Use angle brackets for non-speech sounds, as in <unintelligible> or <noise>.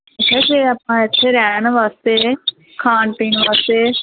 <unintelligible> ਆਪਾਂ ਇੱਥੇ ਰਹਿਣ ਵਾਸਤੇ ਖਾਣ ਪੀਣ ਵਾਸਤੇ